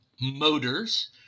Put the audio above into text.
motors